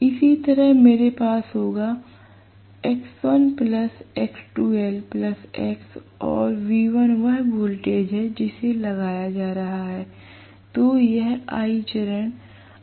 इसी तरह मेरे पास होगा और V1 वह वोल्टेज है जिसे लगाया जा रहा है